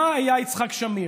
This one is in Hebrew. מה היה יצחק שמיר?